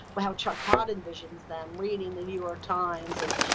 wow. chuck todd envisions them reading the new york times and,